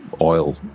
oil